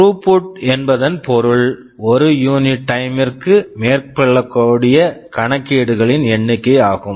throughput Throughput என்பதன் பொருள் ஒரு யூனிட் டைம் unit time ற்கு மேற்கொள்ளக்கூடிய கணக்கீடுகளின் எண்ணிக்கை ஆகும்